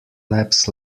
laps